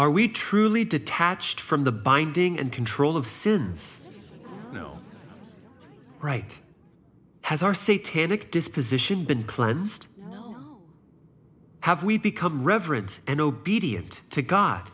are we truly detached from the binding and control of sins no right has our say tannic disposition been cleansed have we become reverent and obedient to god